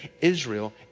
Israel